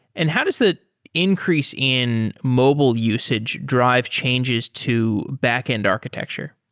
and how does the increase in mobile usage drive changes to backend architecture.